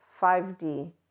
5D